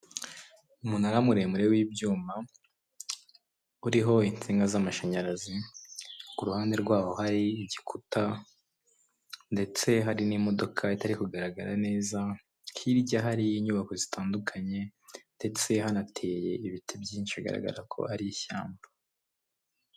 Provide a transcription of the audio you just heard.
Umunara muremure w'ibyuma uriho insinga z'amashanyarazi ku ruhande rwaho hari igikuta ndetse hari n'imodoka itari kugaragara neza hirya hari inyubako zitandukanye ndetse hanateye ibiti byinshi bigaragara ko ari ishyamba.